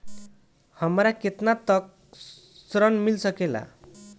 हमरा केतना तक ऋण मिल सके ला?